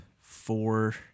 four